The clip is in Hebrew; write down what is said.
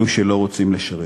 אלו שלא רוצים לשרת.